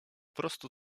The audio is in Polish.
prostu